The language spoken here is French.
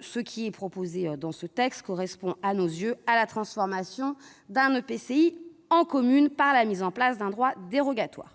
ce qui est proposé dans ce texte correspond à nos yeux à la transformation d'un EPCI en commune par la mise en place d'un droit dérogatoire.